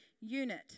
unit